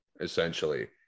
Essentially